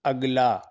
اگلا